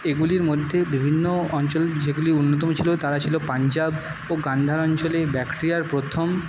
এগুলির মধ্যে বিভিন্ন অঞ্চল যেগুলো অন্যতম ছিল তারা ছিল পঞ্জাব ও গান্ধার অঞ্চলের ব্যাকট্রিয়ার প্রথম